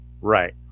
right